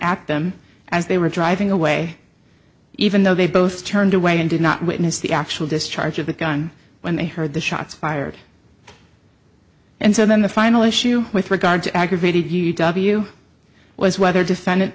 at them as they were driving away even though they both turned away and did not witness the actual discharge of the gun when they heard the shots fired and so then the final issue with regard to aggravated u w was whether defendant